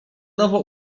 nowo